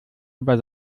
über